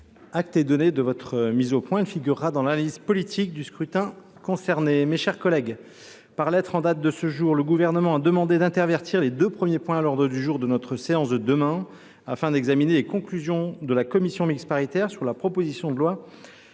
Acte est donné de cette mise au point, ma chère collègue. Elle figurera dans l’analyse politique des scrutins concernés. Mes chers collègues, par lettre en date de ce jour, le Gouvernement demande d’intervertir les deux premiers points de l’ordre du jour de notre séance de demain, afin que notre assemblée examine les conclusions de la commission mixte paritaire sur la proposition de loi